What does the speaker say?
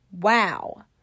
Wow